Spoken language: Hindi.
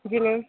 जी मैम